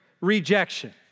rejection